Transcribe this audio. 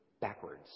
backwards